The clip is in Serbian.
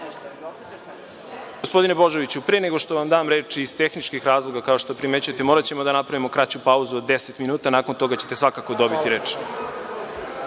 Gospodine Božoviću, pre nego što vam dam reč, iz tehničkih razloga, kao što primećujete, moraćemo da napravimo kraću pauzu od 10 minuta. Nakon toga ćete svakako dobiti